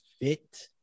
fit